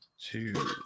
two